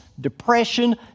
depression